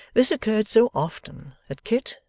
this occurred so often, that kit,